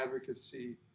advocacy